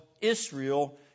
Israel